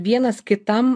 vienas kitam